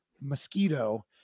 mosquito